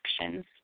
actions